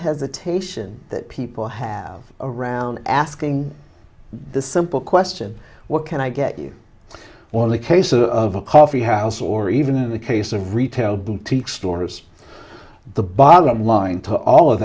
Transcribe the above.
hesitation that people have around asking the simple question what can i get you on the case of a coffee house or even in the case of retail boutique stores the bottom line to all of